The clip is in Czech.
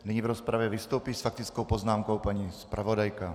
Nyní v rozpravě vystoupí s faktickou poznámkou paní zpravodajka.